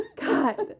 God